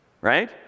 right